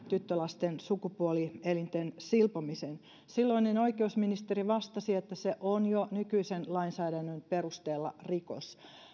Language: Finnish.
tyttölasten sukupuolielinten silpomisen silloinen oikeusministeri vastasi että se on jo nykyisen lainsäädännön perusteella rikos